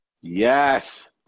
Yes